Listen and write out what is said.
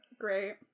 Great